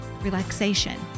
relaxation